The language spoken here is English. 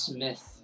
Smith